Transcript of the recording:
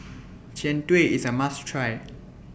Jian Dui IS A must Try